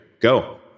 Go